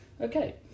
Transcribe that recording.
Okay